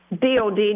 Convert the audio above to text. DOD